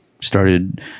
started